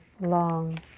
long